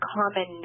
common